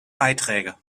beiträge